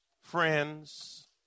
Friends